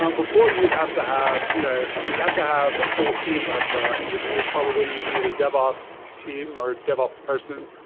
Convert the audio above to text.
um before, you'd have to have you know you would have to have a full team of engineers probably. you'd need a devops team, or a devops person.